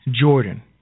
Jordan